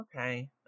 Okay